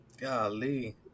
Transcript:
Golly